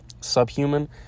subhuman